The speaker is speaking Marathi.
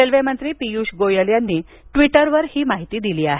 रेल्वेमंत्री पियुष गोयल यांनी ट्विटरवर ही माहिती दिली आहे